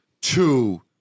two